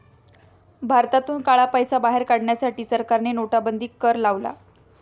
भारतातून काळा पैसा बाहेर काढण्यासाठी सरकारने नोटाबंदी कर लावला